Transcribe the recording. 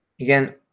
again